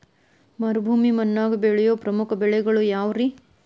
ಮರುಭೂಮಿ ಮಣ್ಣಾಗ ಬೆಳೆಯೋ ಪ್ರಮುಖ ಬೆಳೆಗಳು ಯಾವ್ರೇ?